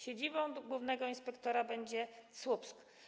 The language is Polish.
Siedzibą głównego inspektora będzie Słupsk.